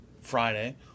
Friday